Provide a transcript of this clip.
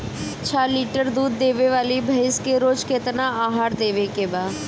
छह लीटर दूध देवे वाली भैंस के रोज केतना आहार देवे के बा?